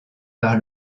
par